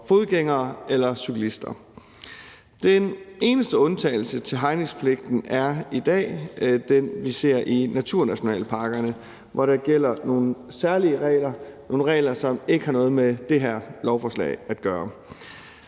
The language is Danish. fodgængere eller cyklister. Den eneste undtagelse til hegningspligten er i dag den, vi ser i naturnationalparkerne, hvor der gælder nogle særlige regler, som ikke har noget med det her lovforslag at gøre.